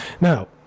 Now